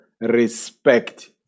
respect